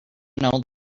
know